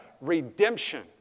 redemption